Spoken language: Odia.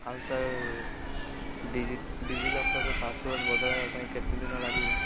ଆଉ ସାର୍ ଡିଜି ଡିଜିଲକର୍ର ପାସୱାର୍ଡ଼ ବଦଳାଇବା ପାଇଁ କେତେ ଦିନ ଲାଗିବ